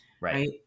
Right